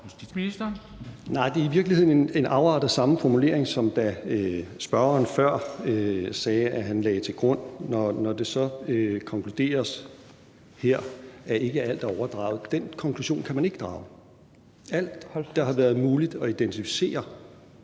Nej, det er i virkeligheden en afart af samme formulering, som da spørgeren før sagde, at han lagde til grund. Når det så konkluderes her, at ikke alt er overdraget, så kan man ikke drage den konklusion. Alt, der har været muligt at identificere,